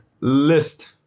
list